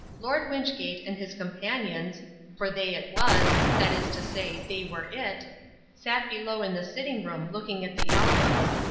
lord wynchgate and his companions for they it was, that is to say, they were it sat below in the sitting-room looking at the albums.